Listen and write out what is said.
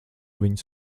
viņus